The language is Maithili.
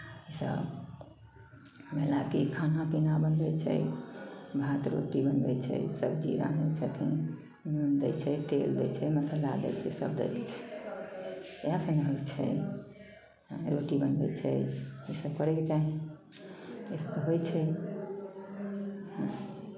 इसभ महिलाके खाना पीना बनबै छै भात रोटी बनबै छै सबजी रान्है छथिन नून दै छै तेल दै छै मसाला दै छै सभ दै छै इएहसभ नहि होइ छै रोटी बनबै छै इसभ करयके चाही इसभ होइ छै